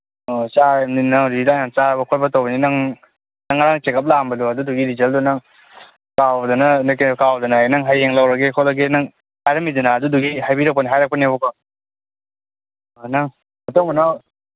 ꯑꯣ ꯆꯥꯔꯝꯅꯤꯅ ꯅꯪ ꯍꯧꯖꯤꯛ ꯍꯤꯗꯥꯛ ꯌꯥꯝ ꯆꯥꯕ ꯈꯣꯠꯄ ꯇꯧꯕꯅꯤꯅ ꯅꯪꯉꯔꯥꯡ ꯆꯦꯀꯞ ꯂꯥꯛꯑꯝꯕꯗꯣ ꯑꯗꯨꯗꯨꯒꯤ ꯔꯤꯖꯜꯗꯣ ꯅꯪ ꯀꯥꯎꯗꯅ ꯀꯥꯎꯗꯅꯥꯌꯦ ꯅꯪ ꯍꯌꯦꯡ ꯂꯧꯔꯒꯦ ꯈꯣꯠꯂꯒꯦ ꯅꯪ ꯍꯥꯏꯔꯝꯃꯤꯗꯅ ꯑꯗꯨꯗꯨꯒꯤ ꯍꯥꯏꯕꯤꯔꯛꯄꯅꯦ ꯍꯥꯏꯔꯛꯄꯅꯦꯕꯀꯣ ꯑꯥ ꯅꯪ ꯃꯇꯨꯡ ꯃꯅꯥꯎ